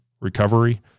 recovery